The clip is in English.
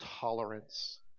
tolerance